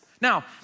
Now